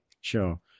Sure